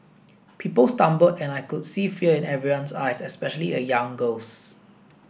people stumbled and I could see fear in everyone's eyes especially a young girl's